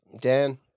Dan